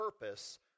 purpose